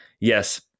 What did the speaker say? Yes